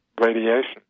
radiation